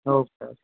okay sir